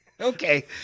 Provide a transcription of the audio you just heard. Okay